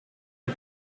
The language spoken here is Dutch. het